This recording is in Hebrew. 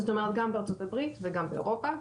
זאת אומרת, גם בארצות הברית וגם באירופה.